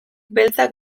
beltzak